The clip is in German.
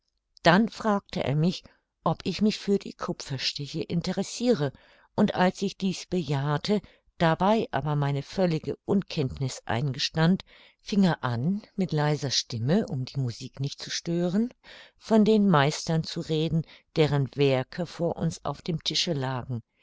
dann fragte er mich ob ich mich für die kupferstiche interessire und als ich dies bejahte dabei aber meine völlige unkenntniß eingestand fing er an mit leiser stimme um die musik nicht zu stören von den meistern zu reden deren werke vor uns auf dem tische lagen